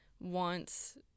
wants